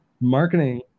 Marketing